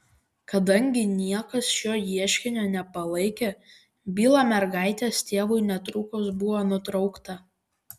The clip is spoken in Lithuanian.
kadangi niekas šio ieškinio nepalaikė byla mergaitės tėvui netrukus buvo nutraukta